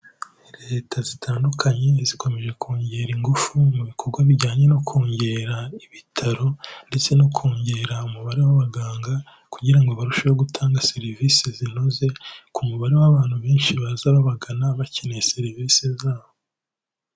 Leta zitandukanye zikomeje kongera ingufu mu bikorwa bijyanye no kongera ibitaro ndetse no kongera umubare w'abaganga, kugira ngo barusheho gutanga serivisi zinoze ku mubare w'abantu benshi baza babagana bakeneye serivisi zabo.